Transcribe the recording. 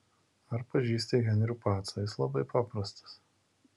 ar pažįsti henrių pacą jis labai paprastas